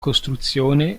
costruzione